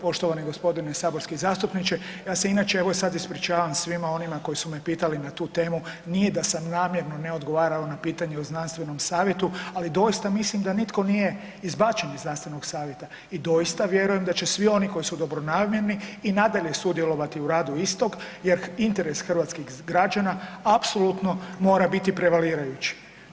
Poštovani gospodine saborski zastupniče, ja se inače evo sad ispričavam svima onima koji su me pitali na tu temu, nije da sam namjerno ne odgovarao na pitanje o znanstvenom savjetu ali doista mislim da nitko nije izbačen iz znanstvenog savjeta i doista vjerujem da će svi oni koji su dobronamjerni i nadalje sudjelovati u radu istog jer interes hrvatskih građana apsolutno mora biti prevalirajući.